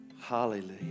Hallelujah